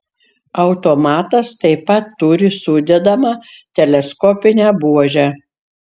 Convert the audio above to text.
automatas taip pat turi sudedamą teleskopinę buožę